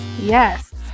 Yes